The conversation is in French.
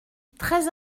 très